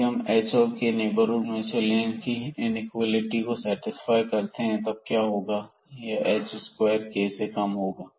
यदि हम h और k नेबरहुड में से लें जोकि इस इनिक्वालिटी को सेटिस्फाई करते हैं तब क्या होगा यह h स्क्वायर k से कम होगा